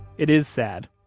it is sad.